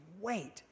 wait